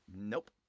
Nope